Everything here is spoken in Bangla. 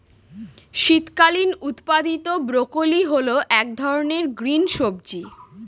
শীতকালীন উৎপাদীত ব্রোকলি হল এক ধরনের গ্রিন সবজি